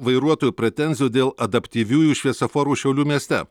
vairuotojų pretenzijų dėl adaptyviųjų šviesoforų šiaulių mieste